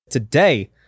Today